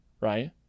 right